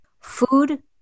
Food